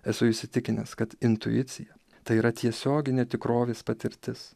esu įsitikinęs kad intuicija tai yra tiesioginė tikrovės patirtis